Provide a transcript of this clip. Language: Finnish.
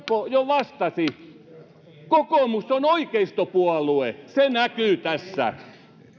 jo vastasi kokoomus on oikeistopuolue ja se näkyy tässä